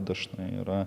dažnai yra